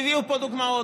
הביאו פה דוגמאות,